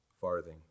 farthing